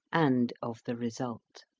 and of the result